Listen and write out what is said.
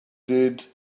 did